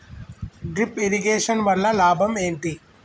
Drip irrigation వల్ల లాభం ఏంటి?